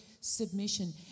submission